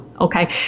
Okay